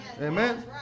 Amen